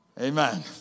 Amen